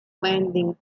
landing